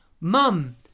Mum